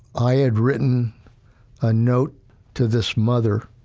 i had written a note to this mother,